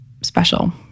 special